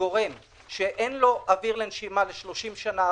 גורם שאין לו אוויר לנשימה ל-30 שנה,